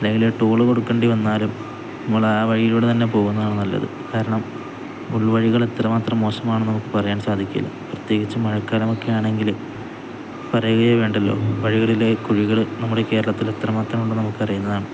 അല്ലെങ്കില് ടോല് കൊടുക്കേണ്ടി വന്നാലും നമ്മളാ വഴിയിലൂടെ തന്നെ പോകുന്നതാണ് നല്ലത് കാരണം ഉൾ വഴികൾ എത്ര മാത്രം മോശമാണെന്നു നമുക്കു പറയാൻ സാധിക്കില്ല പ്രത്യേകിച്ച് മഴക്കാലമൊക്കെ ആണെങ്കില് പറയുകയേ വേണ്ടല്ലോ വഴികളിലെ കുഴികള് നമ്മുടെ കേരളത്തിൽ എത്ര മാത്രം ഉണ്ടെന്നു നമുക്കറിയുന്നതാണ്